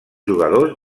jugadors